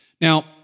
Now